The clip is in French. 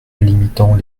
limitant